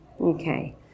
Okay